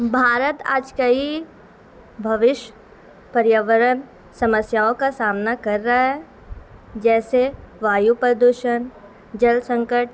بھارت آج کئی بھوش پریاورن سمسیاؤں کا سامنا کر رہا ہے جیسے وایو پردوشن جل سنکٹ